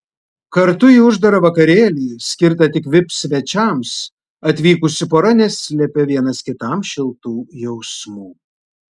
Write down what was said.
kartu į uždarą vakarėlį skirtą tik vip svečiams atvykusi pora neslėpė vienas kitam šiltų jausmų